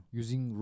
using